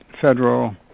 federal